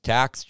Tax